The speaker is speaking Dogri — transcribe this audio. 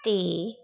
ते